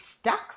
stuck